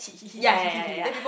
ya ya ya ya ya